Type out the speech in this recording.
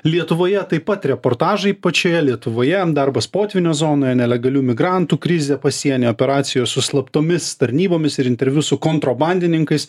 lietuvoje taip pat reportažai pačioje lietuvoje darbas potvynio zonoje nelegalių migrantų krizė pasieny operacijos su slaptomis tarnybomis ir interviu su kontrobandininkais